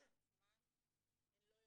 עצמן הן לא יודעות.